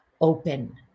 open